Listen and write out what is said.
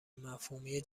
مفهومی